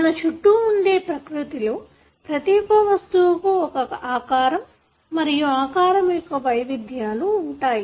మన చుట్టూ ఉండే ప్రకృతిలో ప్రతి ఒక్క వస్తువుకు ఒక ఆకారం మరియు ఆకారం యొక్క వైవిధ్యాలు ఉంటాయి